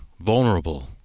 vulnerable